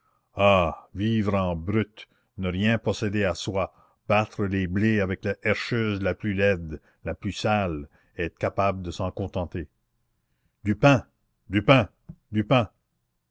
ah vivre en brute ne rien posséder à soi battre les blés avec la herscheuse la plus laide la plus sale et être capable de s'en contenter du pain du pain du pain